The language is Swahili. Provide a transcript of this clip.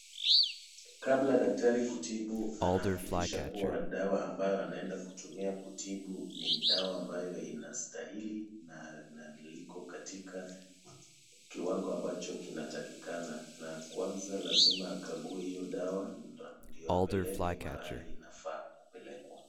Kabla daktari kutibu anahakikisha kuwa dawa ambayo anaenda kutumia kutibu, ni dawa ambayo inastahili na liko katika kiwango ambacho kinatakikana na kwanza lazima akague hiyo dawa ndiyo apeleke mahali inafaa kupelekwa.